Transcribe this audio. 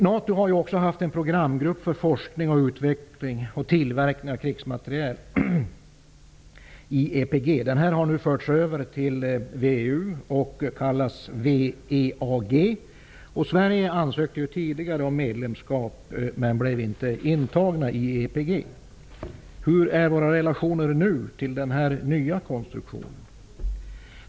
NATO har ju också haft en programgrupp för forskning och utveckling samt tillverkning av krigsmateriel i EPG. Den har nu förts över till VEU och kallas VEAG. Sverige ansökte tidigare om medlemskap, men blev inte intaget i EPG. Hur är våra relationer till den nya konstruktionen?